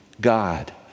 God